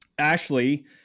Ashley